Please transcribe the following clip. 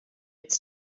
its